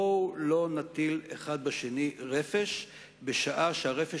בואו לא נטיל רפש זה